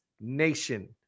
nation